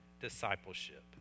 discipleship